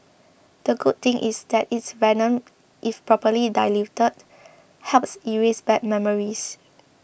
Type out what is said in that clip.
the good thing is that it's venom if properly diluted helps erase bad memories